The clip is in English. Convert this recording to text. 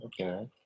okay